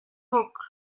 book